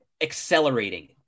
accelerating